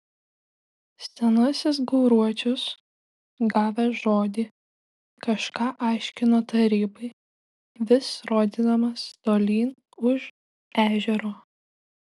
senasis gauruočius gavęs žodį kažką aiškino tarybai vis rodydamas tolyn už ežero